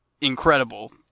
incredible